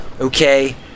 okay